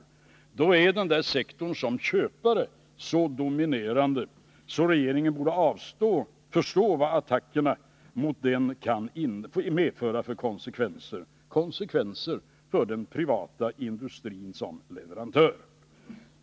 Alltså är den där sektorn som köpare så dominerande att regeringen borde förstå vad attackerna mot den kan få för konsekvenser — konsekvenser för den privata industrin som leverantör.